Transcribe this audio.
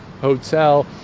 hotel